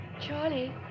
Charlie